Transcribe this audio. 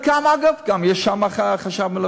אנחנו אומרים את זה במשך שנים,